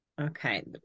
Okay